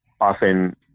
often